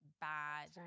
bad